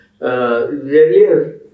earlier